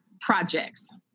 projects